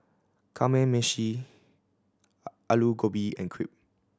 Kamameshi Alu Gobi and Crepe